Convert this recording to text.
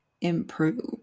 improve